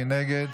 מי נגד?